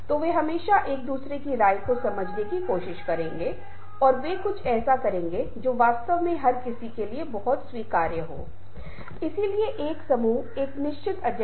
इसलिए हमारे प्रोफेसरों द्वारा फिर से संबंध निर्माण का ध्यान रखा गया प्रोफेसर सूअर और प्रोफेसर गिरि इसके विभिन्न घटक हैं